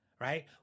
right